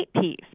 piece